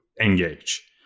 engage